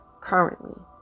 currently